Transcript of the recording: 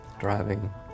driving